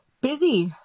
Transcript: Busy